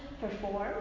perform